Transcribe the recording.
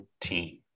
team